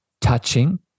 touching